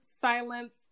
Silence